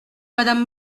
madame